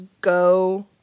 go